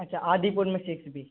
अच्छा आदिपुर में sector B